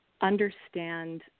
understand